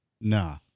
nah